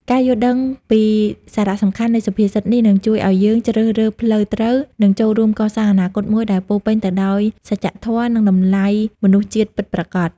ការយល់ដឹងអំពីសារៈសំខាន់នៃសុភាសិតនេះ នឹងជួយឲ្យយើងជ្រើសរើសផ្លូវត្រូវ និងចូលរួមកសាងអនាគតមួយដែលពោរពេញទៅដោយសច្ចធម៌ និងតម្លៃមនុស្សជាតិពិតប្រាកដ។